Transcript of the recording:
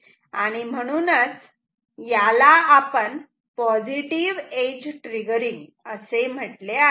आणि म्हणूनच याला आपण पॉझिटिव एज ट्रिगरिंग असे म्हटले आहे